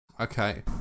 Okay